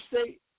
state